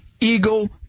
eagle